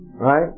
Right